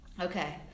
Okay